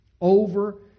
over